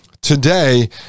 today